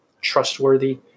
trustworthy